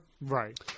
Right